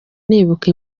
nibuka